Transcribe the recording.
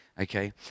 okay